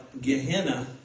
Gehenna